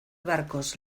barkos